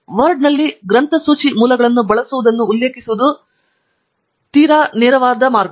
ವರ್ಡ್ನಲ್ಲಿ ಗ್ರಂಥಸೂಚಿ ಮೂಲಗಳನ್ನು ಬಳಸುವುದನ್ನು ಉಲ್ಲೇಖಿಸುವುದು ತೀರಾ ನೇರ ಮುಂದಿದೆ